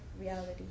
reality